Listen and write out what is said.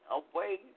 away